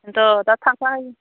बेनथ' दा